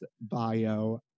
bio